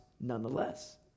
nonetheless